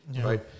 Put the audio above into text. right